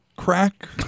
Crack